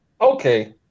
Okay